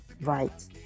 right